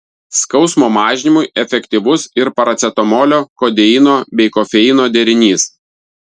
skausmo mažinimui efektyvus ir paracetamolio kodeino bei kofeino derinys